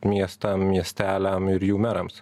miestam miesteliam ir jų merams